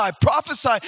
prophesy